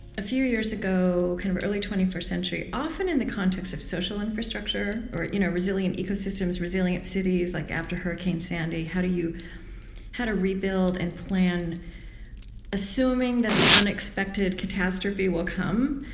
a few years ago, kind of early twenty first century, often in the context of social infrastructure you know resilient ecosystems, resilient cities. like after hurricane sandy, how do you how to rebuild and plan assuming that the unexpected catastrophe will come,